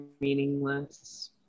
meaningless